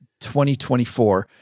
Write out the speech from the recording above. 2024